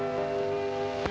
oh